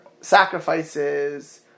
sacrifices